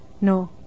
No